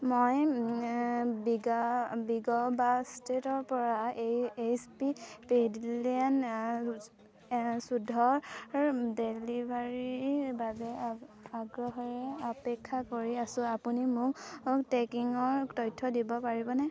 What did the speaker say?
মই বিগা বিগ বাস্কেটৰপৰা এইচ পি পেভিলিয়ন চৈধ্য ডেলিভাৰীৰ বাবে আগ্ৰহেৰে অপেক্ষা কৰি আছোঁ আপুনি মোক ট্ৰেকিঙৰ তথ্য দিব পাৰিবনে